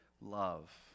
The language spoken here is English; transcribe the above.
love